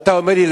שאתה אומר לי,